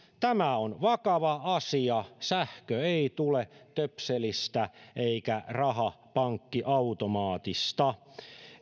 tämä on vakava asia sähkö ei tule töpselistä eikä raha pankkiautomaatista